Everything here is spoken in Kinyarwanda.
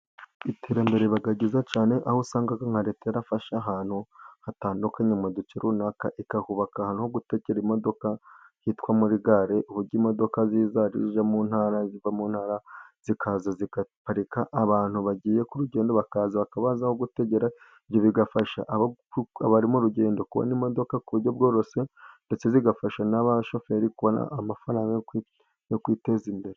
Iterambere riba ryiza cyane aho usanga nka leta ifasha ahantu hatandukanye mu duce runaka ikahubaka ahantu ho gutegera imodoka hitwa muri gare, uburyo imodoka ziza ziva mu Ntara zikaza zigaparika abantu bagiye ku rugendo bakaza gutega. Ibyo bigafasha abantu m'urugendo kubona imodoka ku buryo bworoshye, ndetse zigafasha n'abashoferi kubona amafaranga yo kwiteza imbere.